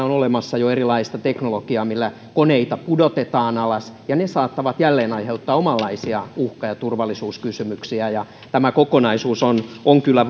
on olemassa jo erilaista teknologiaa millä koneita pudotetaan alas ja ne saattavat jälleen aiheuttaa omanlaisiaan uhka ja turvallisuuskysymyksiä tämä kokonaisuus on on kyllä